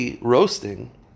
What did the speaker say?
roasting